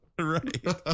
right